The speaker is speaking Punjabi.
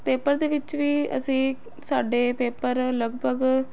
ਪੇਪਰ ਦੇ ਵਿੱਚ ਵੀ ਅਸੀਂ ਸਾਡੇ ਪੇਪਰ ਲਗਭਗ